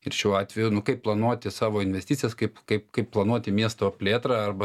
ir šiuo atveju nu kaip planuoti savo investicijas kaip kaip kaip planuoti miesto plėtrą arba